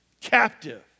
captive